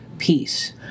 Peace